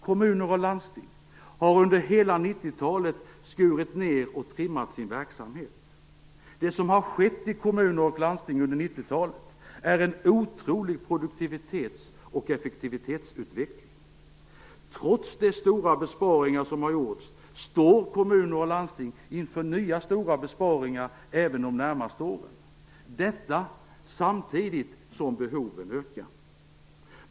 Kommuner och landsting har under hela 90-talet skurit ned och trimmat sin verksamhet. Det som har skett i kommuner och landsting under 90-talet är en otrolig produktivitets och effektivitetsutveckling. Trots de stora besparingar som gjorts står kommuner och landsting inför nya stora besparingar även de närmaste åren, detta samtidigt som behoven ökar.